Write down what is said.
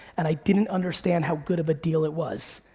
and i didn't understand how good of a deal it was.